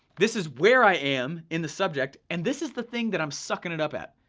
this is where i am in the subject, and this is the thing that i'm sucking it up at.